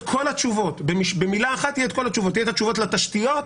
כל התשובות באותו החוק: התשובות לתשתיות,